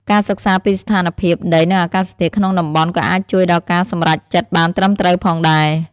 ការសិក្សាពីស្ថានភាពដីនិងអាកាសធាតុក្នុងតំបន់ក៏អាចជួយដល់ការសម្រេចចិត្តបានត្រឹមត្រូវផងដែរ។